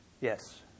Yes